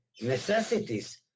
necessities